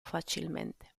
facilmente